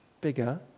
bigger